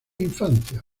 infancia